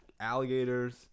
alligators